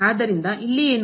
ಆದ್ದರಿಂದ ಇಲ್ಲಿ ಏನು